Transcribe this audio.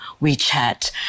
WeChat